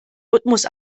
rhythmus